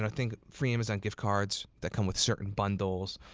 and think free amazon gift cards, that come with certain bundles,